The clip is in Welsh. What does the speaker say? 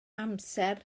amser